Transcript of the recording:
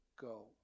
go